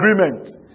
agreement